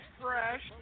fresh